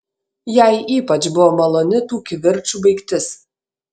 jai ypač buvo maloni tų kivirčų baigtis